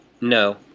No